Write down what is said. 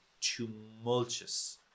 tumultuous